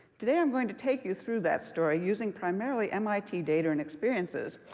today i'm going to take you through that story using primarily mit data and experiences,